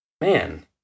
man